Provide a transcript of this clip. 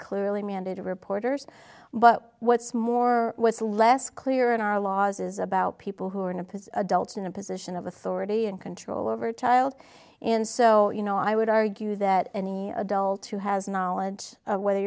clearly mandated reporters but what's more what's less clear in our laws is about people who are in a position in a position of authority and control over tiled and so you know i would argue that any adult who has knowledge whether